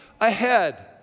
ahead